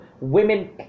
women